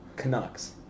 Canucks